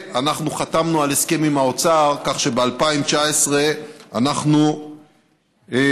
אנחנו חתמנו על הסכם עם האוצר כך שב-2019 אנחנו נשכיר